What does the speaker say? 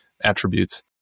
attributes